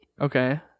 Okay